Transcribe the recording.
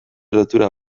lotura